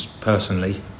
personally